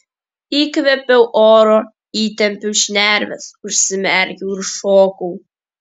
įkvėpiau oro įtempiau šnerves užsimerkiau ir šokau